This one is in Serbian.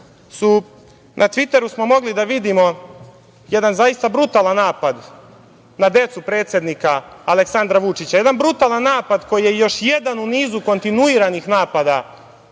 na tviteru mogli da vidimo jedan zaista brutalan napad na decu predsednika Aleksandra Vučića, jedan brutalan napad koji je još jedan u nizu kontinuiranih napada